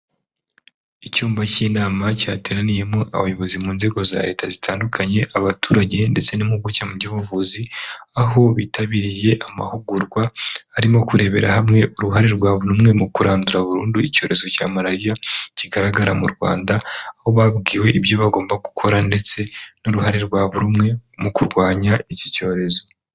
Icyumba cy'inama cyateraniyemo abayobozi mu nzego za leta zitandukanye abaturage ndetse n'impuguke mu by'ubuvuzi aho bitabiriye amahugurwa arimo kurebera hamwe uruhare rwa buri rumwe mu kurandura burundu icyorezo cya malariya kigaragara mu Rwanda aho babwiwe ibyo bagomba gukora ndetse n'uruhare rwa buri umwe mu kurwanya iki cyorezo.